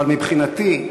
אבל מבחינתי,